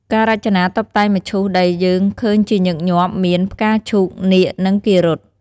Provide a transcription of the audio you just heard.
ការរចនាតុបតែងមឈូសដែលយើងឃើញជាញឹកញាប់ មាន ផ្កាឈូក នាគ និង គារុទ្ទ។